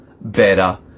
better